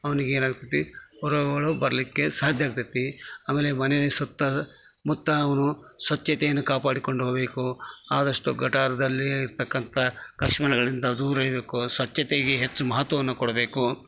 ಅವ್ನಿಗೆ ಏನಾಗ್ತೈತಿ ಹೊರಗೆ ಒಳಗೆ ಬರಲಿಕ್ಕೆ ಸಾಧ್ಯ ಆಗ್ತೈತಿ ಆಮೇಲೆ ಮನೆ ಸುತ್ತ ಮುತ್ತ ಅವನು ಸ್ವಚ್ಛತೆಯನ್ನು ಕಾಪಾಡ್ಕೊಂಡು ಹೋಗ್ಬೇಕು ಆದಷ್ಟು ಗಟಾರ್ಧದಲ್ಲಿ ಇರ್ತಕ್ಕಂಥಾ ಕಶ್ಮಲಗಳಿಂದ ದೂರ ಇರಬೇಕು ಸ್ವಚ್ಛತೆಗೆ ಹೆಚ್ಚು ಮಹತ್ವವನ್ನ ಕೊಡಬೇಕು